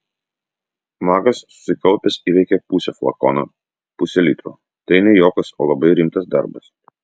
magas susikaupęs įveikė pusę flakono pusė litro tai ne juokas o labai rimtas darbas